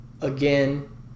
Again